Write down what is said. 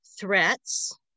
threats